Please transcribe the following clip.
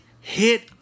hit